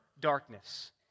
darkness